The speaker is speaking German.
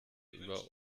über